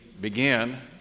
begin